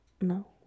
No